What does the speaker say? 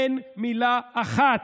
אין מילה אחת.